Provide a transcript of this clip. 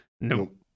Nope